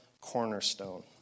cornerstone